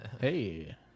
hey